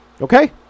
okay